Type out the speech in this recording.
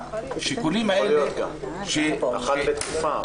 יכול להיות גם, אחת לתקופה.